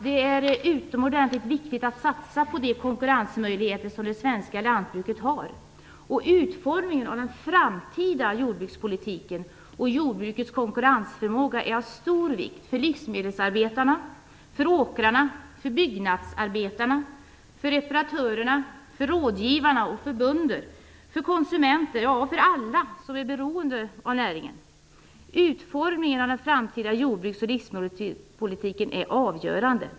Det är utomordentligt viktigt att satsa på de konkurrensmöjligheter som det svenska lantbruket har. Utformningen av den framtida jordbrukspolitiken och jordbrukets konkurrensförmåga är av stor vikt för livsmedelsarbetarna, för åkarna, för byggnadsarbetarna, för reparatörerna, för rådgivarna och för bönder, för konsumenter, ja, för alla som är beroende av näringen. Utformningen av den framtida jordbruks och livsmedelspolitiken är avgörande.